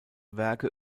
werke